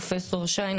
פרופ' שיין,